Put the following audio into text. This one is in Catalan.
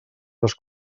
les